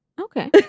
Okay